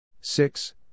six